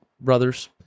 brothers